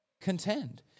contend